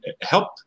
help